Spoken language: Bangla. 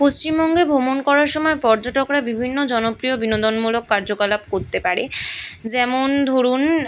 পশ্চিমবঙ্গে ভ্রমণ করার সময় পর্যটকরা বিভিন্ন জনপ্রিয় বিনোদনমূলক কার্যকলাপ করতে পারে যেমন ধরুন